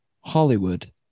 Hollywood